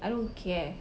I don't care